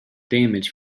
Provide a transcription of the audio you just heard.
damage